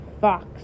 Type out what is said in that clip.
fox